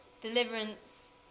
Deliverance